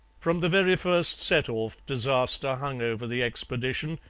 from the very first set-off disaster hung over the expedition,